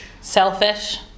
Selfish